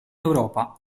europa